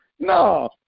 No